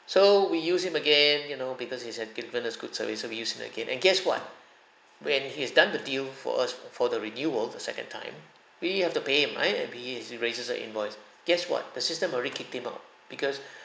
so we use him again you know because he's has given us good service so we use him again and guess what when he's done the deal for us for the renewal the second time we have to pay him raises a invoice guess what the system already kicked him out because